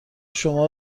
شما